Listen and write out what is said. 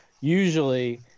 usually